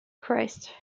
christ